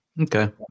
Okay